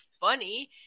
funny